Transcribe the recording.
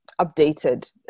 updated